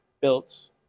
built